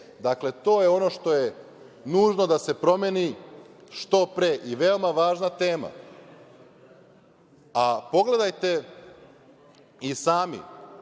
Dakle, to je ono što je nužno da se promeni što pre i veoma važna tema. Pogledajte i sami,